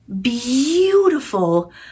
beautiful